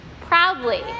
proudly